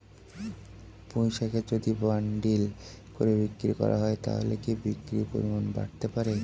পুঁইশাকের যদি বান্ডিল করে বিক্রি করা হয় তাহলে কি বিক্রির পরিমাণ বাড়তে পারে?